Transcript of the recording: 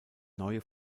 neue